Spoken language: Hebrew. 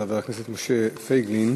חבר הכנסת משה פייגלין,